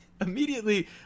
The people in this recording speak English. immediately